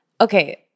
okay